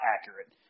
accurate